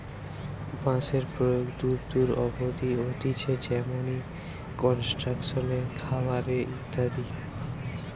বাঁশের প্রয়োগ দূর দূর অব্দি হতিছে যেমনি কনস্ট্রাকশন এ, খাবার এ ইত্যাদি